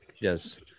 Yes